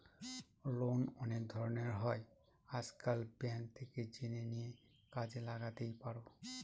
loan অনেক ধরনের হয় আজকাল, ব্যাঙ্ক থেকে জেনে নিয়ে কাজে লাগাতেই পারো